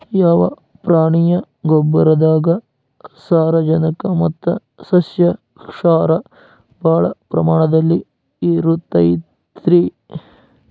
ಯಾವ ಪ್ರಾಣಿಯ ಗೊಬ್ಬರದಾಗ ಸಾರಜನಕ ಮತ್ತ ಸಸ್ಯಕ್ಷಾರ ಭಾಳ ಪ್ರಮಾಣದಲ್ಲಿ ಇರುತೈತರೇ?